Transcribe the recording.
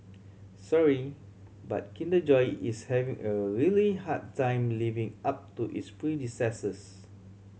sorry but Kinder Joy is having a really hard time living up to its predecessors